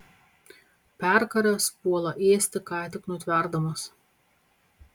perkaręs puola ėsti ką tik nutverdamas